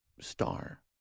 star